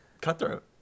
Cutthroat